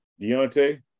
Deontay